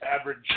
average